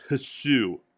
Hsu